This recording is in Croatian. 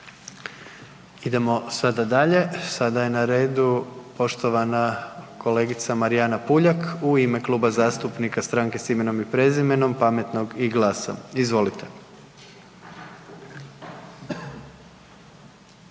Idemo sada dalje, sada je na redu poštovana kolegica Marijana Puljak u ime Klub zastupnika Stranke s imenom i prezimenom, Pametnog i GLAS-a, izvolite.